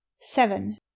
Seven